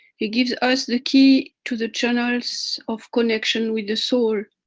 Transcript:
he gives us the key to the channels of connection with the soul.